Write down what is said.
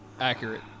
Accurate